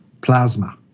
plasma